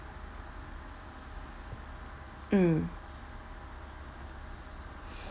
mm